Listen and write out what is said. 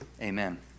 Amen